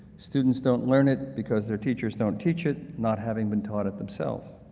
students don't learn it because their teachers don't teach it not having been taught it themselves.